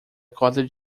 cordas